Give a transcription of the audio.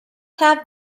have